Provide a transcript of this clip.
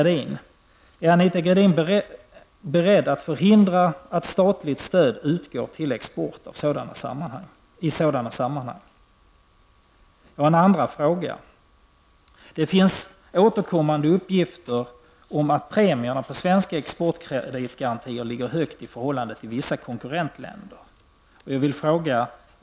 Den andra frågan är: Det finns återkommande uppgifter om att premierna på svenska exportkreditgarantier ligger högt i förhållande till vissa konkurrentländers villkor.